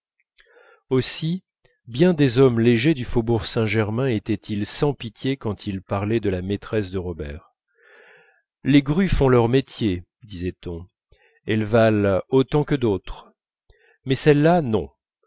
aussi bien des hommes légers du faubourg saint-germain étaient-ils sans pitié quand ils parlaient de la maîtresse de robert les grues font leur métier disait-on elles valent autant que d'autres mais celle-là non